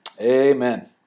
Amen